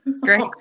Great